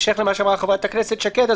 בהמשך למה שאמרה חברת הכנסת שקד,